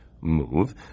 move